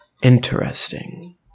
interesting